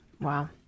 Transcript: Wow